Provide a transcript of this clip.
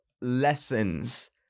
lessons